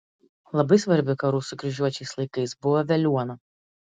labai svarbi karų su kryžiuočiais laikais buvo veliuona